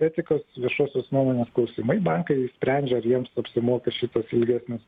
etikos viešosios nuomonės klausimai bankai sprendžia ar jiems apsimoka šitas ilgesnis